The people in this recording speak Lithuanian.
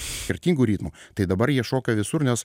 skirtingų ritmų tai dabar jie šoka visur nes